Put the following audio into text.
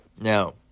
Now